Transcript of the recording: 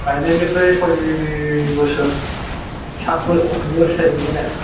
गायनायनिफ्राय सय बोसोर सात बोसोरनि उनाव फिथाइ मोनगोन ने